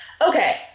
Okay